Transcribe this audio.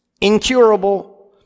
incurable